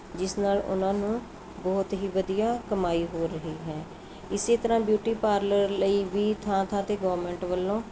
ਇਸ ਨਾਲ ਉਹਨਾਂ ਨੂੰ ਬਹੁਤ ਹੀ ਵਧੀਆ ਕਮਾਈ ਹੋ ਰਹੀ ਹੈ ਇਸੇ ਤਰਾਂ ਬਿਊਟੀ ਪਾਰਲਰ ਲਈ ਵੀ ਥਾਂ ਥਾਂ 'ਤੇ ਗੌਰਮੈਂਟ ਵਲੋ